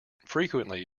frequently